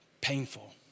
painful